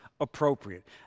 appropriate